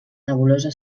nebulosa